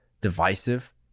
divisive